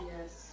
Yes